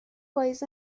پاییز